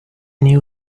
new